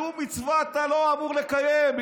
שום מצווה אתה לא אמור לקיים,